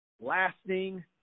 lasting